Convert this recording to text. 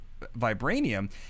Vibranium